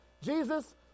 Jesus